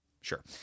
Sure